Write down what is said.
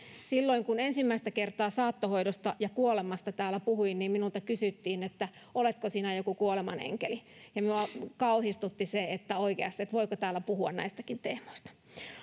silloin kun ensimmäistä kertaa saattohoidosta ja kuolemasta täällä puhuin niin minulta kysyttiin että oletko sinä joku kuolemanenkeli ja minua kauhistutti se että oikeasti voiko täällä puhua näistäkin